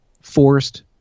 forced